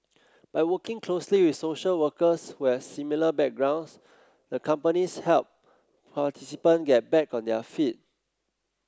by working closely with social workers who has similar backgrounds the companies help participant get back on their feet